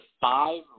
five